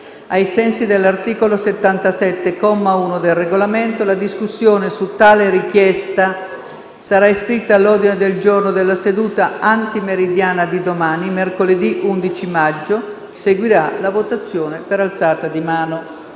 Ai sensi dell'articolo 77, comma 1, del Regolamento la discussione su tale richiesta sarà iscritta all'ordine del giorno della seduta antimeridiana di domani, mercoledì 11 maggio. Seguirà la votazione per alzata di mano.